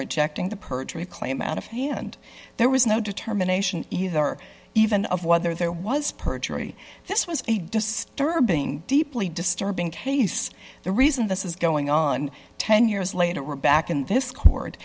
rejecting the perjury claim out of hand there was no determination either even of whether there was perjury this was a disturbing deeply disturbing case the reason this is going on ten years later we're back in this co